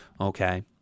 okay